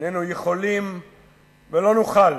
איננו יכולים ולא נוכל